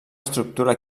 estructura